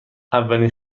اولین